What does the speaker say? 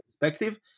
perspective